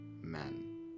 men